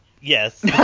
yes